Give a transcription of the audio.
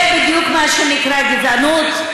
זה בדיוק מה שנקרא גזענות.